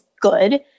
good